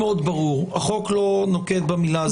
איזו הבנה אחרת הייתה?